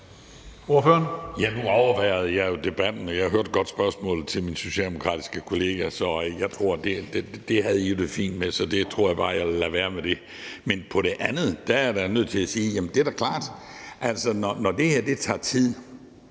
overværede jeg jo debatten, og jeg hørte godt spørgsmålet til min socialdemokratiske kollega, så jeg tror, at I havde det fint med det, så det tror jeg bare jeg vil lade være ved det. Men om det andet er jeg da nødt til at sige, at det da er klart, at når det her tager tid,